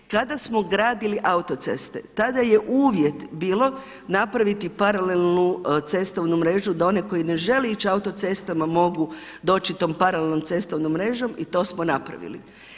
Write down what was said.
Kada smo gradili autoceste tada je uvjet bilo napraviti paralelnu cestovnu mrežu da onaj tko ne želi ići autocestama mogu doći tom paralelnom cestovnom mrežom i to smo napravili.